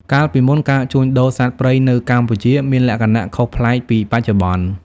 កាលពីមុន ការជួញដូរសត្វព្រៃនៅកម្ពុជាមានលក្ខណៈខុសប្លែកពីបច្ចុប្បន្ន។